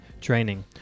training